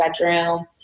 bedroom